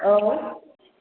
औ